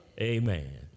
Amen